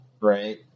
right